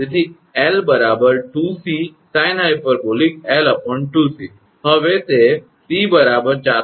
હવે તે 𝑐 487